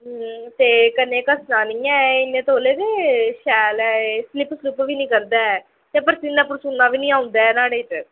ते कन्नै घस्सदा निं ऐ एह् इन्ने तौले ते शैल ऐ एह् स्लिप स्लुप बी निं करदा ऐ ते परसीना परसुन्ना बी निं औंदा ऐ न्हाड़े च